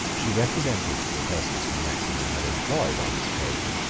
she represented to the persons whom maximin had employed on this occasion,